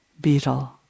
beetle